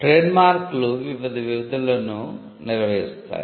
ట్రేడ్మార్క్లు వివిధ విధులను నిర్వహిస్తాయి